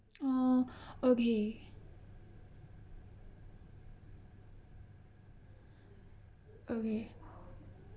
oh okay okay